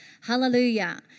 Hallelujah